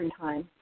Time